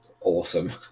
awesome